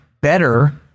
better